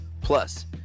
Plus